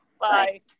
Bye